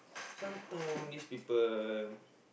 sometime this people